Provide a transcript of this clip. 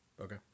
Okay